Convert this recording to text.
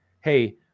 hey